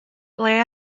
ble